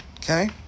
Okay